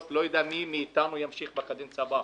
אני לא יודע מי מאיתנו ימשיך בקדנציה הבאה.